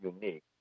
unique